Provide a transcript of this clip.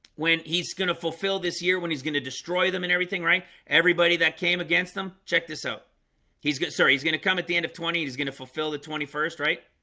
when he's going to fulfill this year when he's going to destroy them and everything, right everybody that came against them check this out he's sorry he's going to come at the end of twenty. he's going to fulfill the twenty first, right?